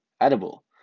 edible